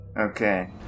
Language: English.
Okay